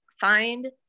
find